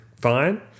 fine